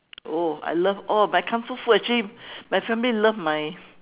oh I love oh my comfort food actually my family love my